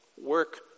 work